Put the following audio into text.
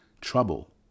Trouble